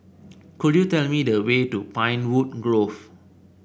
could you tell me the way to Pinewood Grove